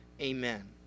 Amen